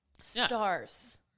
Stars